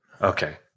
Okay